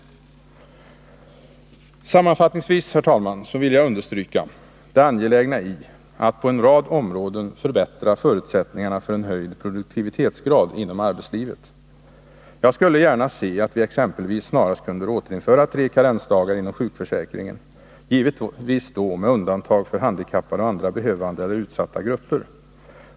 Sammanfattningsvis, herr talman, vill jag understryka det angelägna i att på en rad områden förbättra förutsättningarna för en höjd produktivitetsgrad inom arbetslivet. Jag skulle gärna se att vi exempelvis snarast kunde återinföra tre karensdagar inom sjukförsäkringen, givetvis då med undantag för handikappade och andra behövande eller utsatta grupper.